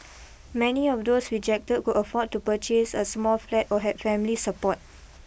many of those rejected could afford to purchase a small flat or had family support